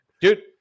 Dude